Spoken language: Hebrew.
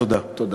תודה, תודה.